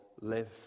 live